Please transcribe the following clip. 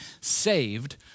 saved